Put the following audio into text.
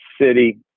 city